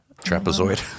Trapezoid